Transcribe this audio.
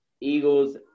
Eagles